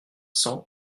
cents